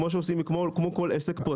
כמו בכל עסק פרטי שמכבד את עצמו.